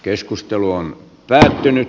keskustelu on päättynyt